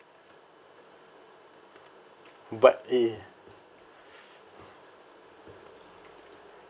but eh